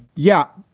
yeah,